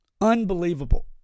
unbelievable